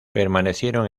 permanecieron